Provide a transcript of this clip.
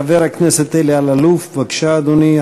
חבר הכנסת אלי אלאלוף, בבקשה, אדוני.